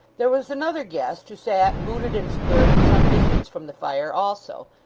there was another guest, who sat, booted and spurred, at some distance from the fire also,